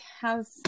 how's